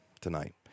tonight